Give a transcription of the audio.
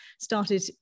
started